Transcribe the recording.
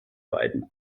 beiden